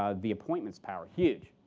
ah the appointments power, huge.